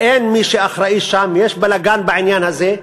אין מי שאחראי שם, יש בלגן בעניין הזה.